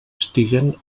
estiguen